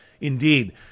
Indeed